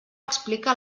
explica